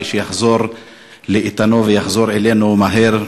ושיחזור לאיתנו ויחזור אלינו מהר,